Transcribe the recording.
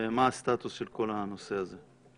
ומה הסטטוס של כל הנושא הזה.